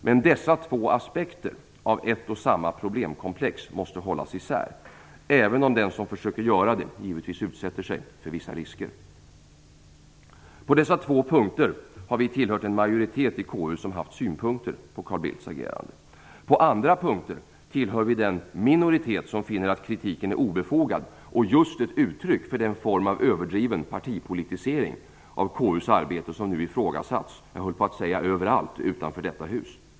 Men dessa två aspekter av ett och samma problemkomplex måste hållas isär, även om den som försöker göra det givetvis utsätter sig för vissa risker. På dessa två punkter har vi tillhört en majoritet i KU som haft synpunkter på Carl Bildts agerande. På andra punkter tillhör vi den minoritet som finner att kritiken är obefogad och just ett uttryck för den form av överdriven partipolitisering av KU:s arbete som nu ifrågasatts, jag höll på att säga överallt utanför detta hus.